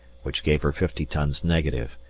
which gave her fifty tons negative,